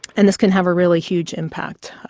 and this can have a really huge impact.